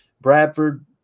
Bradford